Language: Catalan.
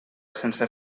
sense